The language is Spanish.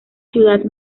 ciudad